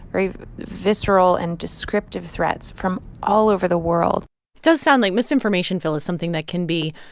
very visceral and descriptive threats from all over the world it does sound like misinformation, phil, is something that can be,